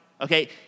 okay